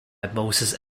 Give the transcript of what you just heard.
moses